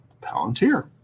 Palantir